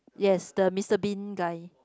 yes the Mister Bean guy